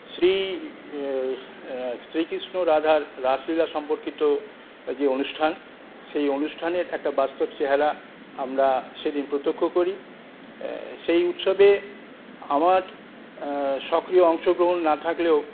শ্রী শ্রীকৃষ্ণ রাধার রাসলীলা সম্পর্কিত যে অনুষ্ঠান সেই অনুষ্ঠানের একটা বাস্তব চেহারা আমরা সেদিন প্রত্যক্ষ করি সেই উৎসবে আমার সক্রিয় অংশগ্রহণ না থাকলেও